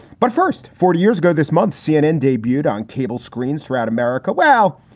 but first, forty years ago this month, cnn debuted on cable screens throughout america. wow.